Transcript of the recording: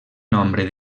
nombre